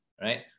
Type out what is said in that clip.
right